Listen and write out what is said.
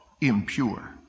impure